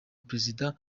perezida